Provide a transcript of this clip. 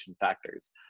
factors